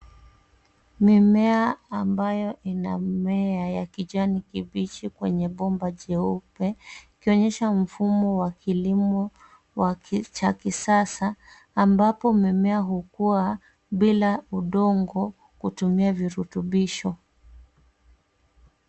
Mimea ambayo inamea ya kijani kibichi kwenye bomba jeupe , ikionyesha mfumo wa kilimo cha kisasa ambapo mimea hukuwa bila udongo kutumia virutubisho.